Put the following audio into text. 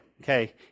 okay